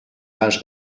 âge